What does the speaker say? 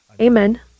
amen